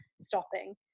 stopping